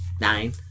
Nine